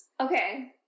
okay